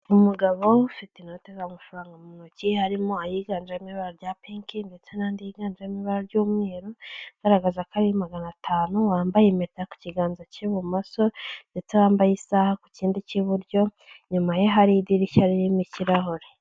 Umugabo ufite inote z'amafaranga mu ntoki, harimo ayiganjemo ibi ibara bya pinki ndetse n'andi yiganjemo ibara ry'umweru, igaragaza ko ari magana atanu, wambaye impeta ku kiganza k'ibumoso ndetse wambaye isaha ku kindi k'iburyo, inyuma ye hari idirishya ririmo ikirahure.